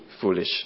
foolish